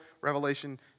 revelation